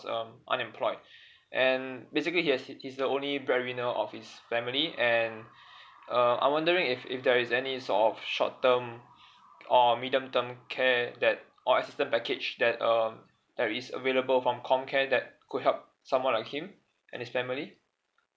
um unemployed and basically he has he he's the only breadwinner of his family and uh I wondering if if there is any sort of short term or medium term care that or assistance package that uh that is available from comcare that could help someone like him and his family